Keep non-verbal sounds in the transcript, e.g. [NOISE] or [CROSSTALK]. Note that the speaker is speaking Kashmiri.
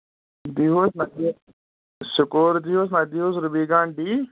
دیٖوُس [UNINTELLIGIBLE] سٕکور دیٖوُس نہ تہٕ دیٖوُس رُبی کان ڈی